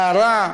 מה רע,